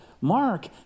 Mark